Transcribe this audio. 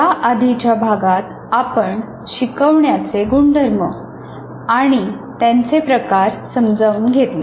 या आधीच्या भागात आपण शिकवण्याचे गुणधर्म आणि त्यांचे प्रकार समजावून घेतले